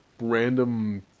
random